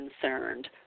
concerned